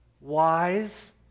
wise